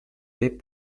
did